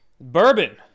bourbon